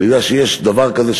אני יודע שיש דבר כזה,